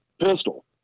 pistol